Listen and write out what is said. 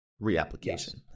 reapplication